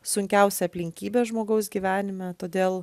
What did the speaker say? sunkiausia aplinkybė žmogaus gyvenime todėl